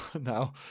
now